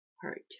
hurt